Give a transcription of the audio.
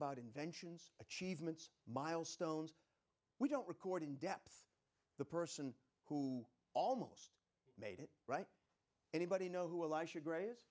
about inventions achievements milestones we don't record in depth the person who almost made it right anybody know who i should raise